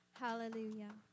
Hallelujah